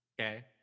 Okay